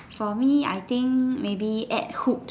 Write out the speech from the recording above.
for me I think maybe add hoop